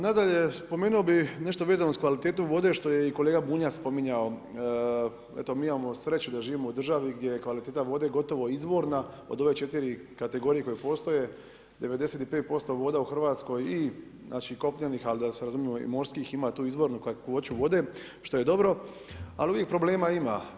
Nadalje, spomenuo bi nešto vezano uz kvalitetu vode što je i kolega Bunjac spominjao, eto mi imamo sreću da živimo u državi gdje je kvaliteta voda gotovo izvorna od ove 4 kategorije koje postoje, 95% voda u Hrvatskoj i kopnenih ali da se razumijemo i morskih ima tu izvornu kakvoću vode, što je dobro, ali uvijek problema ima.